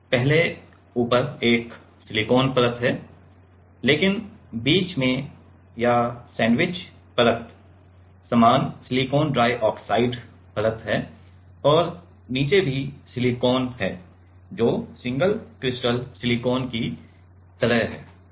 तो पहले ऊपर एक सिलिकॉन परत है लेकिन बीच में या सैंडविच परत समान सिलिकॉन डाइऑक्साइड परत है और नीचे भी सिलिकॉन है जो सिंगल क्रिस्टल सिलिकॉन की तरह है